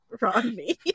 Rodney